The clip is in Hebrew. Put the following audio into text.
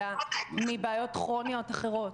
אלא מבעיות כרוניות אחרות.